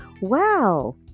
Wow